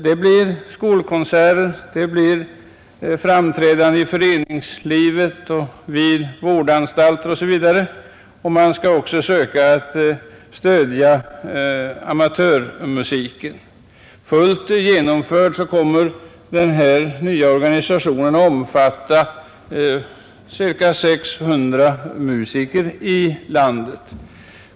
Det blir skolkonserter, det blir framträdanden i föreningslivet, vid vårdanstalter osv., och man skall också stödja amatörmusiken. Fullt genomförd kommer den här nya organisationen att omfatta ca 600 musiker i landet.